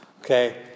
okay